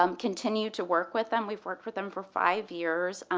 um continue to work with them. we've worked with them for five years.